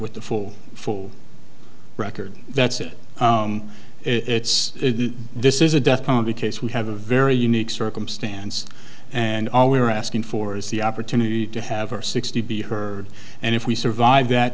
with the full full record that's it it's this is a death penalty case we have a very unique circumstance and all we're asking for is the opportunity to have our sixty be heard and if we survive that